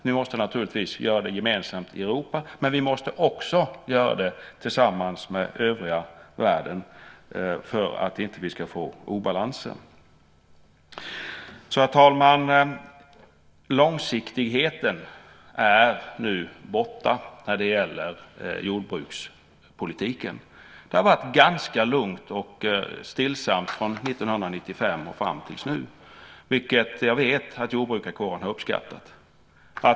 Vi måste naturligtvis göra det gemensamt i Europa, men vi måste också göra det tillsammans med övriga världen för att vi inte ska få obalanser. Herr talman! Långsiktigheten är nu borta när det gäller jordbrukspolitiken. Det har varit ganska lugnt och stillsamt från 1995 och fram tills nu, vilket jag vet att jordbrukarkåren uppskattat.